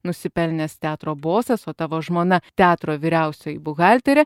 nusipelnęs teatro bosas o tavo žmona teatro vyriausioji buhalterė